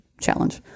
challenge